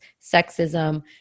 sexism